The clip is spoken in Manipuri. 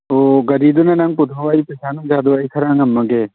ꯑꯣ ꯒꯥꯔꯤꯗꯨꯅ ꯅꯪ ꯄꯨꯊꯣꯛꯑꯣ ꯑꯩ ꯄꯩꯁꯥ ꯅꯨꯡꯁꯥꯗꯣ ꯑꯩ ꯈꯔ ꯉꯝꯃꯒꯦ